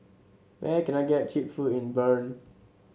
where can I get cheap food in Bern